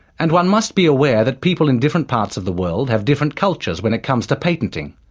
and one must be aware that people in different parts of the world have different cultures when it comes to patenting.